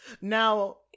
now